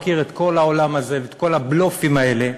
מכיר את כל העולם הזה ואת כל הבלופים האלה,